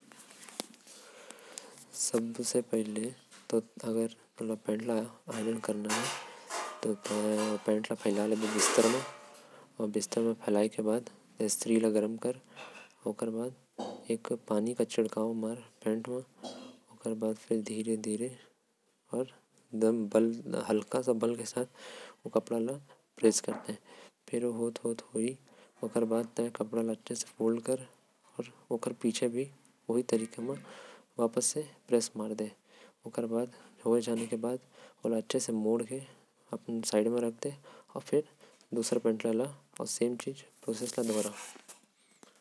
सबसे पहले अगर तोला पेंट ल आयरन करना है। तो तय ओला फैला ले ओला फैलाए के बाद स्त्री ला गरम कर आऊ। पानी के छिड़काव मार पेंट म। ओकर बाद धीरे धीरे हल्का से बल के साथ प्रैस मार फिर। ओकर पीछे भी वही तरीका म प्रेस कर। ओकर बाद पेंट ला बगल मा रख दे। आऊ दुसर ला भी वैसने ही प्रेस मार।